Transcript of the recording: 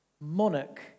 monarch